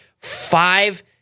five